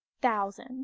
thousand